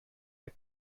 der